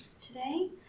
today